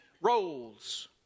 roles